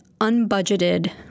unbudgeted